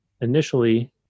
initially